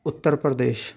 Uttar Pradesh